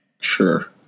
Sure